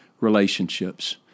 relationships